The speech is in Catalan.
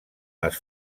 les